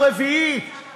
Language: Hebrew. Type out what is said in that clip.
חוק שיועלו מייד אחרי כן.